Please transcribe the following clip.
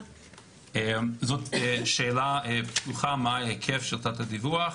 זאת שאלה פתוחה, מה ההיקף של תת הדיווח.